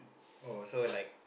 oh so like